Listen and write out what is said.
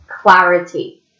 clarity